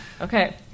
Okay